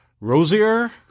Rosier